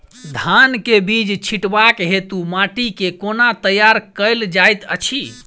धान केँ बीज छिटबाक हेतु माटि केँ कोना तैयार कएल जाइत अछि?